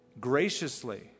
graciously